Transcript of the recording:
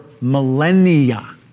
millennia